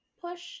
push